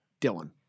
Dylan